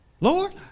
Lord